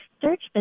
search